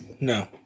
no